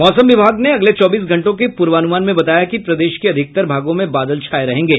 मौसम विभाग ने अगले चौबीस घंटों के पूर्वानुमान में बताया है कि प्रदेश के अधिकतर भागों में बादल छाये रहेंगे